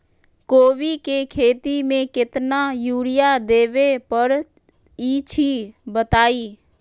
कोबी के खेती मे केतना यूरिया देबे परईछी बताई?